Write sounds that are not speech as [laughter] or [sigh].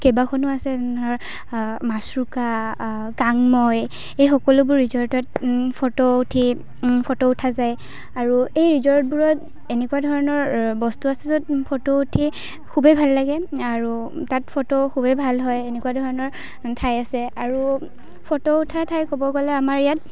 কেইবাখনো আছে [unintelligible] মাচুকা কাংমৈ সেই সকলোবোৰ ৰিজৰ্টত ফটো উঠি ফটো উঠা যায় আৰু এই ৰিজৰ্টবোৰত এনেকুৱা ধৰণৰ বস্তু আছে য'ত ফটো উঠি খুবেই ভাল লাগে আৰু তাত ফটো খুবেই ভাল হয় এনেকুৱা ধৰণৰ ঠাই আছে আৰু ফটো উঠা ঠাই ক'ব গ'লে আমাৰে ইয়াত